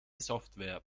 software